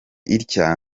itya